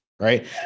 right